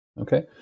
Okay